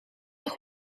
nog